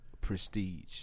prestige